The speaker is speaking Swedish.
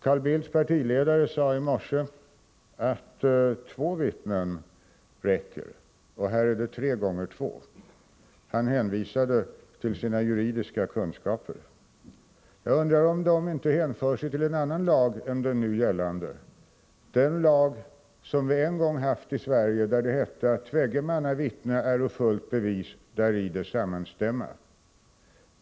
Carl Bildts partiledare sade i morse att två vittnen räcker och att här är det tre gånger två. Han hänvisade till sina juridiska kunskaper. Jag undrar om de hänförs till en annan lag än den nu gällande, en lag som vi en gång haft i Sverige och där det heter: tvägge manna vittnen äro fullt bevis däri de sammanstämma.